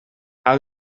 how